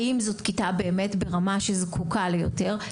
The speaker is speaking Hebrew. האם זו כיתה באמת ברמה שזקוקה ליותר?